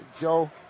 Joe